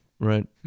Right